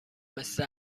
مثل